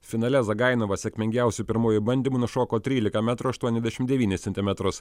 finale zagainova sėkmingiausiu pirmuoju bandymu nušoko trylika metrų aštuoniasdešim devynis centimetrus